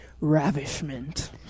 ravishment